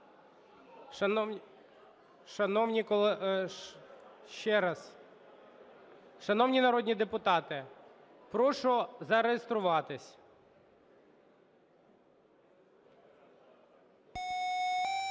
Шановні народні депутати, прошу зареєструватися.